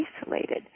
isolated